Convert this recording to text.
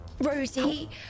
Rosie